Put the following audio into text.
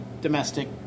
domestic